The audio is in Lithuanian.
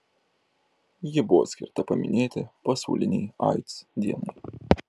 ji buvo skirta paminėti pasaulinei aids dienai